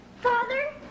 Father